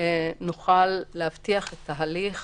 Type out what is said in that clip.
נוכל להבטיח את ההליך